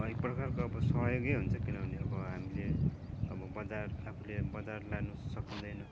अँ एकप्रकारको अब सहयोगै हुन्छ किनभने अब हामीले अब बजार आफूले बजार लानु सकिँदैन